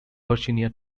virginia